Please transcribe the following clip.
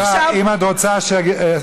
תחליפי את הבמאי בהבימה.